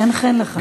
חן-חן לך.